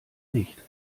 nicht